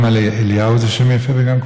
גם אליהו זה שם יפה וגם כהן.